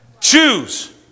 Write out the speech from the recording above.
choose